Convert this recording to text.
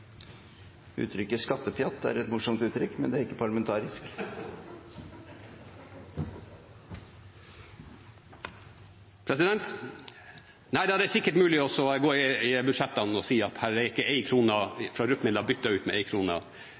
ikke parlamentarisk. Det er sikkert mulig å gå i budsjettene og si at her er ikke én krone fra RUP-midler byttet ut med én krone